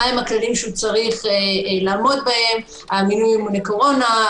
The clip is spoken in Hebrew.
מה הכללים שהוא אמור לעמוד בהם עניין המחיצות